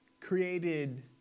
created